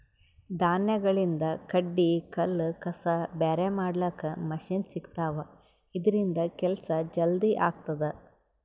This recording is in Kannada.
ಧಾನ್ಯಗಳಿಂದ್ ಕಡ್ಡಿ ಕಲ್ಲ್ ಕಸ ಬ್ಯಾರೆ ಮಾಡ್ಲಕ್ಕ್ ಮಷಿನ್ ಸಿಗ್ತವಾ ಇದ್ರಿಂದ್ ಕೆಲ್ಸಾ ಜಲ್ದಿ ಆಗ್ತದಾ